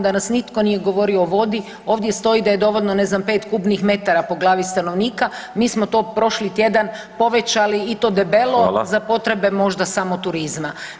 Danas nitko nije govorio o vodi, ovdje stoji da je dovoljno ne znam 5 m3 po glavi stanovnika mi smo to prošli tjedan povećali i to debelo [[Upadica: Hvala.]] za potrebe možda samo turizma.